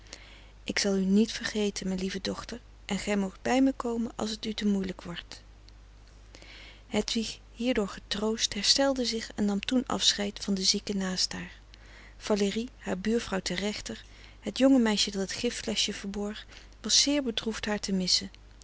ik zal u niet vergeten mijn lieve dochter en gij moogt bij mij komen als t u te moeilijk wordt hedwig hierdoor getroost herstelde zich en nam toen afscheid van de zieken naast haar valérie haar buurvrouw ter rechter het jonge meisje dat het gif fleschje verborg was zeer bedroefd haar te missen